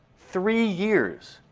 three years,